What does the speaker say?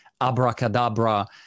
abracadabra